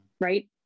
right